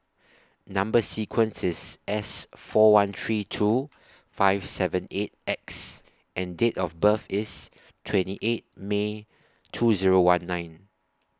Number sequence IS S four one three two five seven eight X and Date of birth IS twenty eight May two Zero one nine